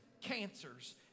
cancers